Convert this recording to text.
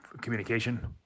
communication